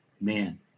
Man